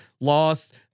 Lost